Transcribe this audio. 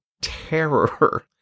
terror